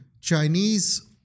Chinese